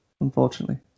unfortunately